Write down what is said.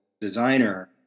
designer